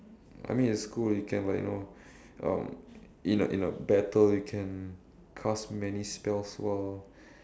I mean it's cool you can like you know um in a in a battle you can cast many spells while